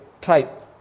type